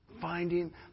finding